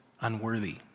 unworthy